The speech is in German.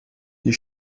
die